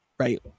Right